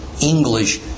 English